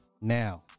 Now